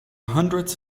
hundreds